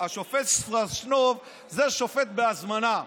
השופט סטרשנוב זה שופט בהזמנה,